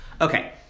Okay